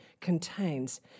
contains